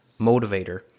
motivator